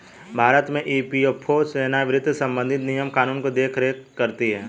भारत में ई.पी.एफ.ओ सेवानिवृत्त से संबंधित नियम कानून की देख रेख करती हैं